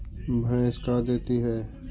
भैंस का देती है?